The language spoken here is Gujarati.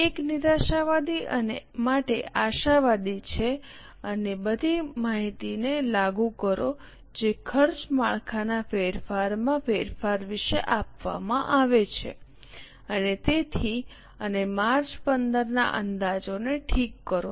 એક નિરાશાવાદી માટે આશાવાદી છે અને બધી માહિતીને લાગુ કરો જે ખર્ચ માળખાના ફેરફારમાં ફેરફાર વિશે આપવામાં આવે છે અને તેથી અને માર્ચ 15 ના અંદાજોને ઠીક કરો